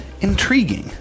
Intriguing